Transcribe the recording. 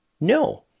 No